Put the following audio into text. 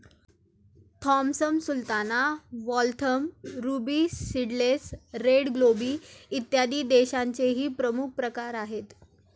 Thompson Sultana, Waltham, Ruby Seedless, Red Globe, इत्यादी द्राक्षांचेही प्रमुख प्रकार आहेत